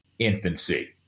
Infancy